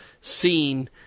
seen